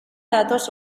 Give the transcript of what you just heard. datoz